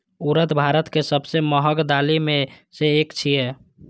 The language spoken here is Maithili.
उड़द भारत के सबसं महग दालि मे सं एक छियै